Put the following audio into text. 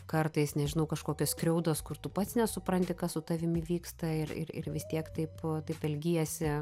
kartais nežinau kažkokios skriaudos kur tu pats nesupranti kas su tavimi vyksta ir ir ir vis tiek taip taip elgiesi